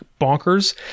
bonkers